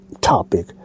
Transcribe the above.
topic